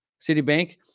Citibank